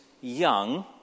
young